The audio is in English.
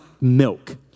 milk